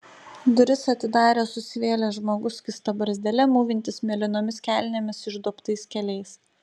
duris atidarė susivėlęs žmogus skysta barzdele mūvintis mėlynomis kelnėmis išduobtais keliais